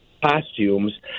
costumes